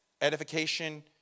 Edification